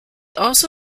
also